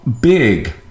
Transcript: big